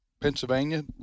Pennsylvania